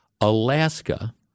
Alaska